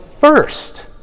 first